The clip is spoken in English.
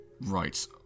right